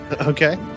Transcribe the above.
Okay